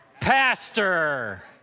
pastor